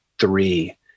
three